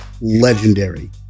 legendary